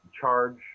charge